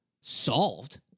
solved